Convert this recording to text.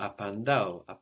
apandao